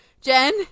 Jen